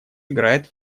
играет